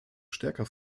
stärker